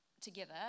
together